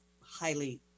highly